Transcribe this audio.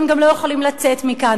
הם גם לא יכולים לצאת מכאן.